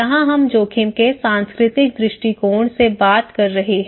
यहां हम जोखिम के सांस्कृतिक दृष्टिकोण से बात कर रहे हैं